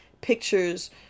pictures